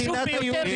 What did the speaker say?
זו מדינת היהודים.